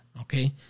okay